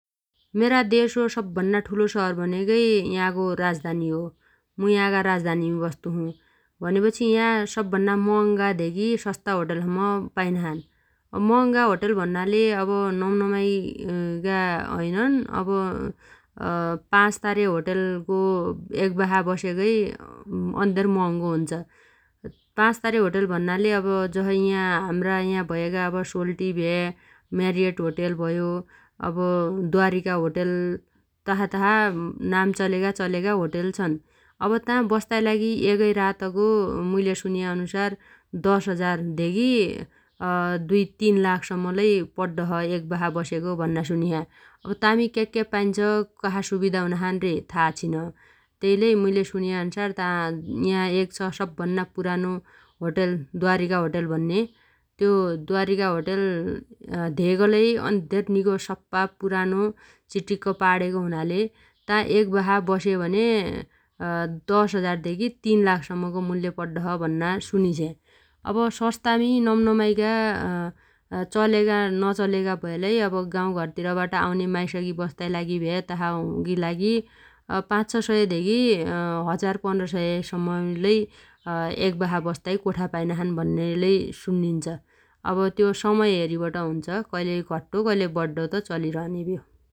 मेरा देशो सब्भन्ना ठुलो शहर भनेगै यागो राजधानी हो । मु यागा राजधानीमी बस्तो छु । भनेपछि या सब्भन्ना मह‌गा धेगी सस्ता होटेलसम्म पाइनाछन् । अब मह‌गा होटल भन्नाले अब नम्न माइगा होइनन् अब पाचतारे होटेलगो एग बासा बसेगै अन्धेर महंगो हुन्छ । पाचतारे होटल भन्नाले अब जसइ या हाम्रा या भएगा अब सोल्टी भ्या म्यारियट होटेल भयो । अब द्धारिका होटल तासा तासा नाम चलेगा चलेगा होटल छन् । अब ता बस्ताइ लागि एगै रातगो मुइले सुनेअनुसार दश हजार धेगी दुइ तीन लाख सम्मलै पड्डोछ एग बासा बसेगो भन्ना सुनिछ्या । अब तामी क्याक्क्या पाइन्छ कसा सुविधा हुनाछन् रे था आछिन । तेइ लै मुइले सुन्या अन्सार ता या एग छ सब्भन्ना पुरानो होटल द्धारिका होटेल भन्ने । त्यो द्धारिका होटेल धेग लै अन्धेर निगो सप्पा पुरानो चिटिक्क पाणेगो हुनाले ता एग बासा बस्यो भने दश हजार धेगी तीन लाखसम्मगो मुल्य पड्डोछ भन्ना सुनिछ्या । अब सस्तामी नम्नमाइगा चलेगा नचलेगा भयालै अब गाउघरतिरबाट आउने माइसगी बस्ताइ लागि भ्या तसागी लागि अब पाच छ सय धेगी हजार पन्ध् सय सम्म लै एग बासा बस्ताइ कोठा पाइना छन् भन्ने लै सुन्निन्छ । अब त्यो समय हेरिबट हुन्छ । कैलै घट्टो कैलै बड्डो त चलिरहने भ्यो ।